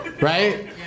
Right